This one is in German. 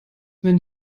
wenn